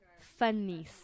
funny